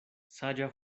saĝa